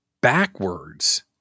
backwards